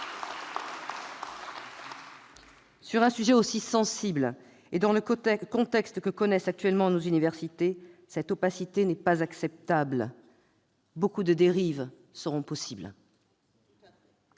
Sur un sujet aussi sensible, et dans le contexte que connaissent actuellement nos universités, cette opacité n'est pas acceptable. Beaucoup de dérives seront possibles